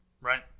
Right